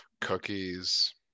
cookies